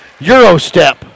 Eurostep